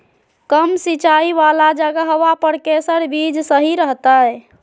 कम सिंचाई वाला जगहवा पर कैसन बीज सही रहते?